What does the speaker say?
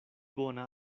bona